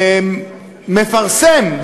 מפרסם,